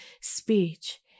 speech